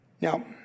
Now